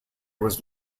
was